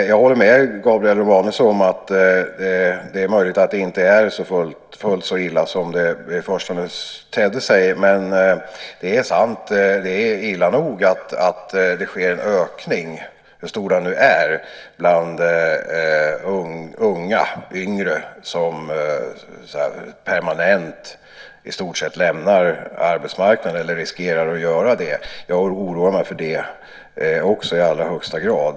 Vidare håller jag med Gabriel Romanus om att det möjligen inte är fullt så illa som det i förstone tedde sig. Men det är sant att det är illa nog att det sker en ökning - hur stor den nu är - bland yngre som permanent i stort sett lämnar arbetsmarknaden eller riskerar att göra det. Jag oroar mig för det i allra högsta grad.